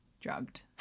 drugged